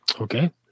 Okay